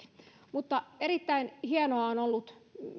jossakin erittäin hienoa on ollut